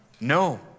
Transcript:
No